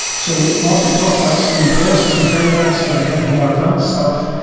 so whilst we've talked about stream processing frameworks for the kind of the more advanced stuff.